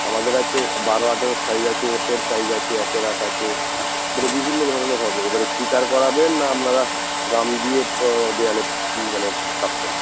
আমাদের আছে বারো আঠেরোর সাইজ আছে এ ফোর সাইজ আছে একের আট আছে মানে বিভিন্ন ধরনের হবে এবারে স্টিকার করাবেন না আমনারা গাম দিয়ে দেয়ালে মানে ছাপবেন